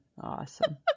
Awesome